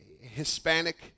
Hispanic